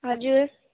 हजुर